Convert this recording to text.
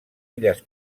illes